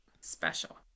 special